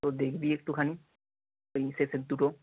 তো দেখবি একটুখানি ওই শেষের দুটো